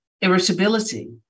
irritability